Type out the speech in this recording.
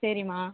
சரிமா